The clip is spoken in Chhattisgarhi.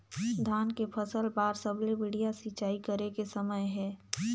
धान के फसल बार सबले बढ़िया सिंचाई करे के समय हे?